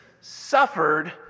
suffered